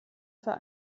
für